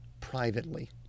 privately